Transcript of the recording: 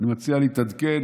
אני מציע להתעדכן